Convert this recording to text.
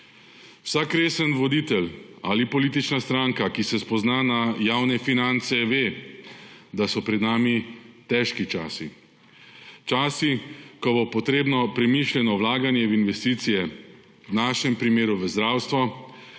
Vsak resen voditelj ali politična stranka, ki se spozna na javne finance, ve, da so pred nami težki časi; časi, ko bo potrebno premišljeno vlaganje v investicije, v našem primeru v zdravstvo,